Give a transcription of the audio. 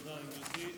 תודה לגברתי.